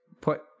put